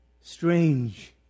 strange